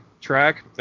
track